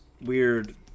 weird